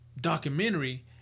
documentary